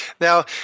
Now